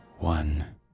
One